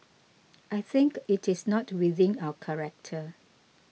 I think it is not within our character